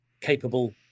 capable